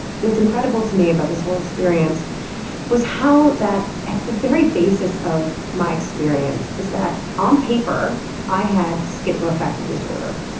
what's incredible to me about this whole experience was how at the very basis of my experience is that on paper i had schizoaffective disorder.